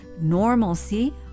Normalcy